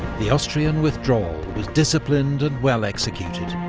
the austrian withdrawal was disciplined and well-executed.